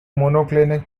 monoclinic